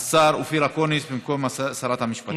השר אופיר אקוניס במקום שרת המשפטים.